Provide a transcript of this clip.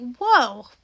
whoa